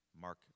Mark